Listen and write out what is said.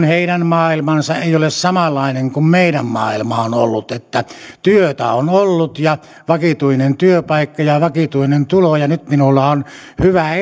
heidän maailmansa ei ole samanlainen kuin meidän maailmamme on ollut että työtä on ollut ja vakituinen työpaikka ja ja vakituinen tulo ja nyt minulla on hyvä